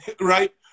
right